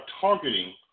targeting